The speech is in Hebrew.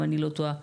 אם אני לא טועה,